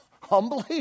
humbly